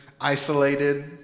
isolated